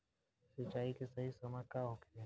सिंचाई के सही समय का होखे?